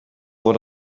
voor